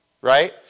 Right